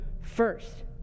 first